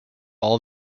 all